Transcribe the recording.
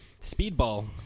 speedball